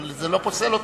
אבל זה לא פוסל אותו.